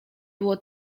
było